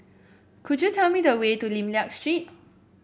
could you tell me the way to Lim Liak Street